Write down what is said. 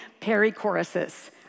perichoruses